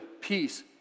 peace